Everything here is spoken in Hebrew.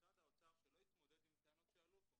ומשרד האוצר לא התמודד עם טענות שעלו פה.